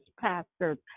pastors